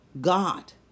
God